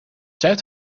zuid